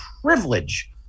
privilege